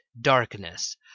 darkness